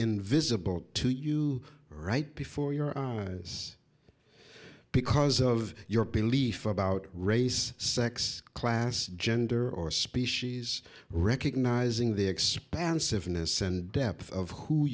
invisible to you right before your eyes because of your belief about race sex class gender or species recognising the